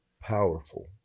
powerful